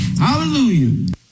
Hallelujah